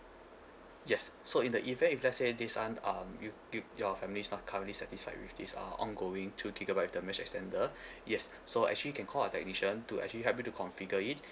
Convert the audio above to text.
yes so in the event if let's say this one um you you your family's not currently satisfied with this uh ongoing two gigabyte with the mesh extender yes so actually you can call our technician to actually help you to configure it